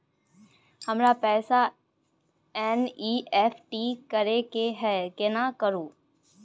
हमरा पैसा एन.ई.एफ.टी करे के है केना करू?